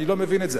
אני לא מבין את זה.